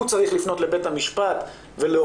הוא צריך לפנות לבית המשפט ולהוכיח